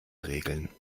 regeln